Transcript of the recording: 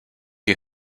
you